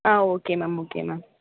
ah okay ma'am okay ma'am